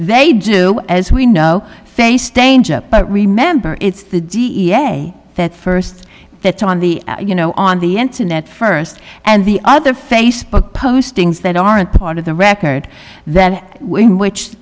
they do as we know faced danger but remember it's the d n a that first that's on the you know on the internet first and the other facebook postings that aren't part of the record that w